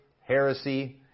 heresy